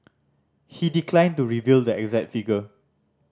he declined to reveal the exact figure